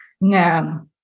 No